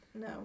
No